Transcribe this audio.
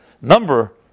number